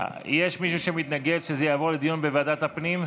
יש מישהו שמתנגד שזה יעבור לדיון בוועדת הפנים?